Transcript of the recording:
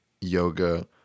yoga